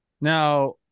Now